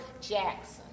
Jackson